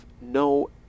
no